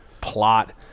plot